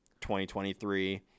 2023